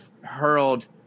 hurled